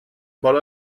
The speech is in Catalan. vol